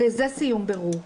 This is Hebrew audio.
זה סיום בירור.